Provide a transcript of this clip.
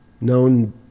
known